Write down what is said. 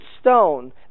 stone